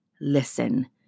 listen